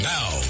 Now